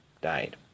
died